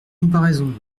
comparaison